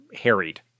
harried